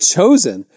Chosen